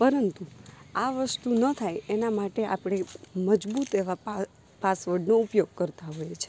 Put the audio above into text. પરંતુ આ વસ્તુ ન થાય એના માટે આપણે મજબૂત એવા પાસવર્ડનો ઉપયોગ કરતાં હોઈએ છે